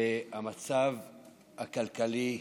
והמצב הכלכלי,